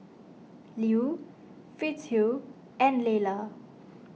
Lew Fitzhugh and Lela